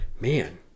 man